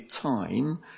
time